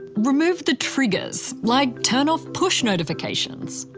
remove the triggers like turn off push notifications.